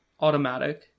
automatic